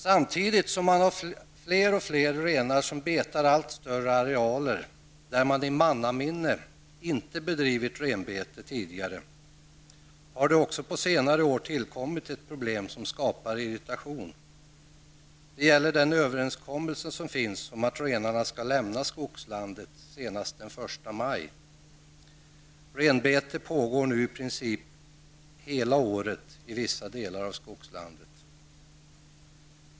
Samtidigt som man har fler och fler renar som betar allt större arealer där man inte tidigare i mannaminne bedrivit renbete har det på senare år tillkommit ett problem som skapar irritation. Det gäller den överenskommelse som finns om att renarna skall ha lämnat skogslandet senast den 1 maj. Renbete pågår nu i princip hela året i vissa delar av skogslandet.